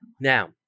Now